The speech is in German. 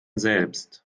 selbst